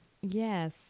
Yes